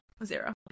Zero